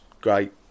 great